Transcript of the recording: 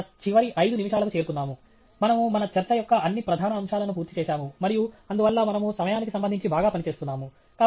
మనము మన చివరి ఐదు నిమిషాలకు చేరుకున్నాము మనము మన చర్చ యొక్క అన్ని ప్రధాన అంశాలను పూర్తి చేసాము మరియు అందువల్ల మనము సమయానికి సంబంధించి బాగా పని చేస్తున్నాము